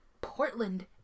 Portland